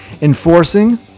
enforcing